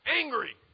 angry